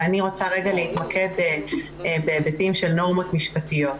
ואני רוצה רגע להתמקד בהיבטים של נורמות משפטיות.